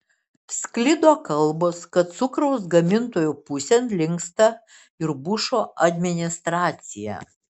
sklido kalbos kad cukraus gamintojų pusėn linksta ir bušo administracija